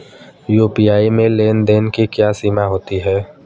UPI में लेन देन की क्या सीमा होती है?